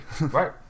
Right